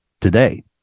today